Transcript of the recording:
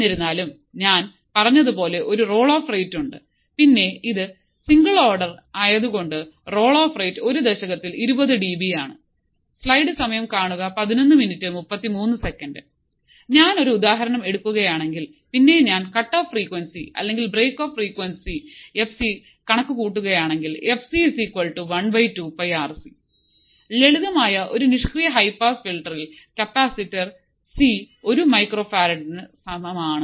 എന്നിരുന്നാലും ഞാൻ പറഞ്ഞതുപോലെ ഒരു റോൾ ഓഫ് റേറ്റ് ഉണ്ട് പിന്നെ ഇത് ഒരു സിംഗിൾ ഓർഡർ ആയതുകൊണ്ട് ട റോൾ ഓഫ് റേറ്റ് ഒരു ദശകത്തിൽ ഇരുപത് ഡിബി ആണ് ഞാൻ ഒരു ഉദാഹരണം എടുക്കുകയാണെങ്കിൽ പിന്നെ ഞാൻ കട്ട് ഓഫ് ഫ്രീക്വൻസി അല്ലെങ്കിൽ break off frequency F C കണക്കുകൂട്ടുക യാണെങ്കിൽ fc 1 2 πRC ലളിതമായ ഒരു നിഷ്ക്രിയ ഹൈ പാസ് ഫിൽട്ടർഇൽ കപ്പാസിറ്റർ സി ഒരു മൈക്രോ ഫെർഡിനു സമമാണ്